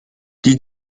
die